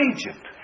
Egypt